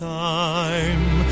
time